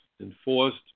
enforced